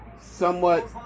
somewhat